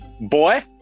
Boy